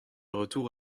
retour